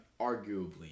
arguably